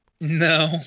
No